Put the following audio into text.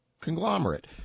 conglomerate